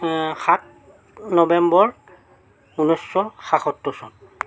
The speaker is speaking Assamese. সাত নৱেম্বৰ ঊনৈছশ সাতসত্তৰ চন